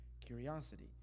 curiosity